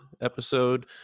episode